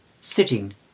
sitting